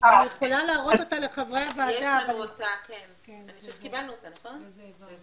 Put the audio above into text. אחר כך אני מציעה שרוני מהממ"מ ייתן לנו קצת רקע יותר רציני ואז